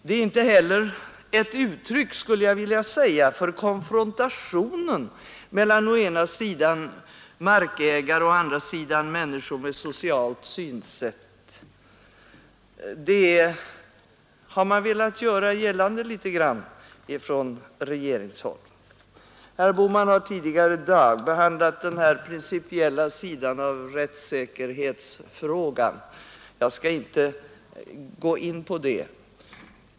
De är inte heller ett uttryck för konfrontationen mellan å ena sidan markägare och å andra sidan människor med socialt synsätt, så som man i viss mån har velat göra gällande från regeringshåll. Herr Bohman har tidigare i dag behandlat den principiella sidan av rättssäkerhet gan, och jag skall inte gå in på den saken.